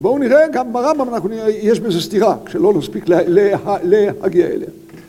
בואו נראה, גם ברמב"ם אנחנו נראה, יש בזה סתירה שלא נספיק להגיע אליה.